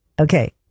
okay